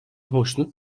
hoşnut